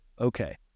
okay